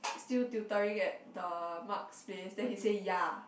still tutoring at the Mark's place then he say ya